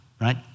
right